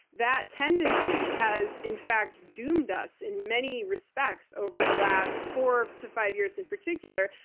that tendency has, in fact, doomed us in many respects over the last four to five years in particular,